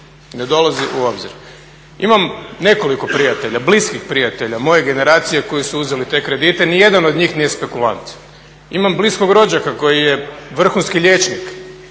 Ne dolazi u obzir. Imam nekoliko prijatelja, bliskih prijatelja moje generacije koji su uzeli te kredite, nijedan od njih nije spekulant. Imam bliskog rođaka koji je vrhunski liječnik,